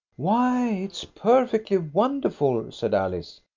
why it's perfectly wonderful, said alice.